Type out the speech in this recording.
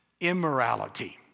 Immorality